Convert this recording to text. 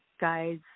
Guys